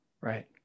Right